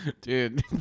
Dude